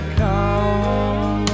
come